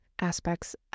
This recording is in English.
aspects